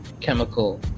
chemical